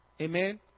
Amen